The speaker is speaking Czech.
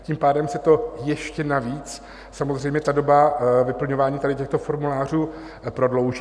Tím pádem se to ještě navíc samozřejmě ta doba vyplňování těchto formulářů prodlouží.